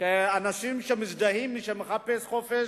כאנשים שמזדהים עם מי שמחפש חופש,